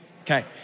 Okay